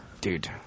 dude